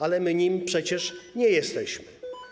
Ale my nim przecież nie jesteśmy.